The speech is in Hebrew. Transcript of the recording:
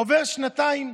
עוברות שנתיים,